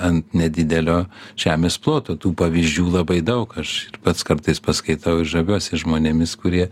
ant nedidelio žemės ploto tų pavyzdžių labai daug aš pats kartais paskaitau ir žaviuosi žmonėmis kurie